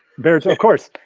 baritone, of course.